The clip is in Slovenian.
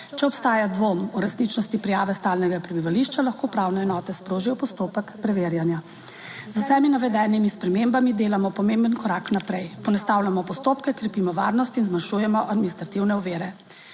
Če obstaja dvom o resničnosti prijave stalnega prebivališča, lahko upravne enote sprožijo postopek preverjanja. Z vsemi navedenimi spremembami delamo pomemben korak naprej, poenostavljamo postopke, krepimo varnost in zmanjšujemo administrativne ovire.